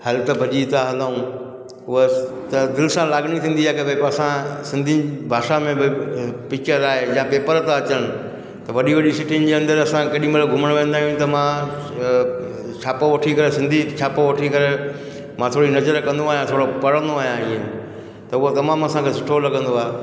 हल त भॼी था हलूं उहा त दिलि सां लाॻणी थींदी आहे की भई असां सिंधी भाषा में बि पिच्चर आहे या पेपर था अचनि त वॾी वॾी सिटिनि जे अंदरि असां केॾी महिल घुमण वेंदा आहियूं त मां छापो वठी करे सिंधी छापो वठी करे मां थोरी नज़र कंदो आहियां थोरो पढ़दो आहियां इहो त उहो तमामु असांखे सुठो लॻंदो आहे